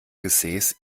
gesäß